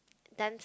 dance